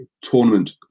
tournament